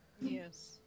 Yes